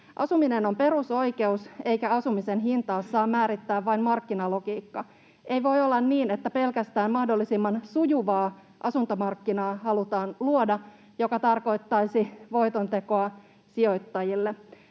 Asuminen on perusoikeus, eikä asumisen hintaa saa määrittää vain markkinalogiikka. Ei voi olla niin, että pelkästään mahdollisimman sujuvaa asuntomarkkinaa halutaan luoda, mikä tarkoittaisi voitontekoa sijoittajille.